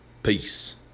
Peace